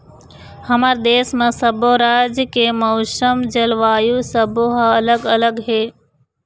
हमर देश म सब्बो राज के मउसम, जलवायु सब्बो ह अलग अलग हे